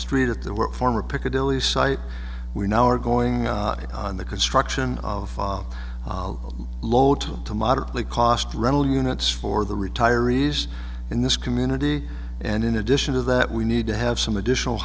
street at the work former piccadilly site we now are going on the construction of a low two to moderately cost rental units for the retirees in this community and in addition to that we need to have some additional